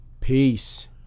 Peace